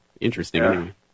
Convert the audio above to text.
interesting